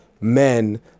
men